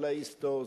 אללה יוסתור,